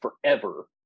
forever